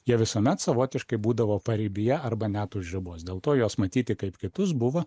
jie visuomet savotiškai būdavo paribyje arba net už ribos dėl to juos matyti kaip kitus buvo